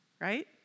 right